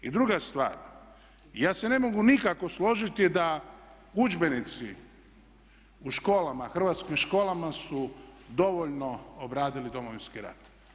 I druga stvar, ja se ne mogu nikako složiti da udžbenici u školama, hrvatskim školama su dovoljno obradili Domovinski rat.